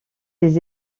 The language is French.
des